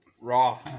raw